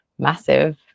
massive